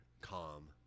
calm